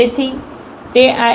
તેથી તે આ a